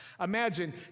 Imagine